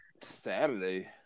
Saturday